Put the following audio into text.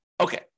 Okay